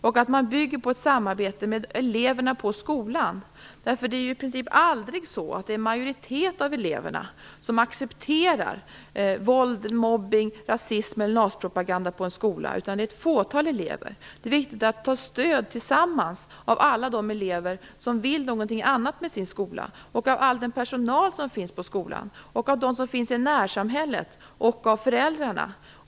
Man måste bygga upp ett samarbete med eleverna i skolan. Det är i princip aldrig en majoritet av eleverna som accepterar våld, mobbning, rasism eller nazipropaganda i en skola. Det är ett fåtal elever som gör det. Det är viktigt att ta emot stödet från alla de elever som vill någonting annat med sin skola. Man måste också ta stöd av all personal som finns i skolan, de som finns i närsamhället och av föräldrarna.